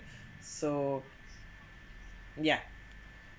so yeah